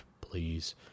Please